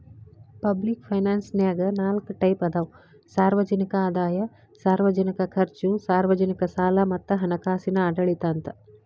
public ಫೈನಾನ್ಸನ್ಯಾಗ ನಾಲ್ಕ್ type ಅದಾವ ಸಾರ್ವಜನಿಕ ಆದಾಯ ಸಾರ್ವಜನಿಕ ಖರ್ಚು ಸಾರ್ವಜನಿಕ ಸಾಲ ಮತ್ತ ಹಣಕಾಸಿನ ಆಡಳಿತ ಅಂತ